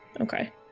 Okay